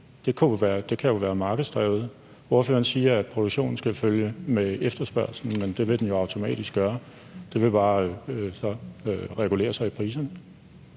Det kan jo være markedsdrevet. Ordføreren siger, at produktionen skal følge med efterspørgslen, men det vil den jo automatisk gøre. Det vil så bare regulere sig i priserne.